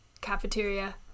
cafeteria